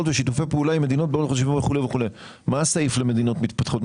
ושיתופי פעולה עם מדינות וכו' מה הסעיף למדינות מתפתחות?